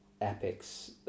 epics